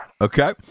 okay